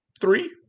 Three